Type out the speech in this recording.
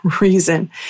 reason